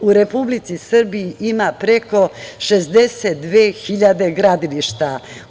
U Republici Srbiji ima preko 62.000 gradilišta.